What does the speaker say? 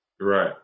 Right